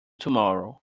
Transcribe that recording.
tomorrow